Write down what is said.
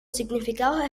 significados